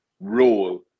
role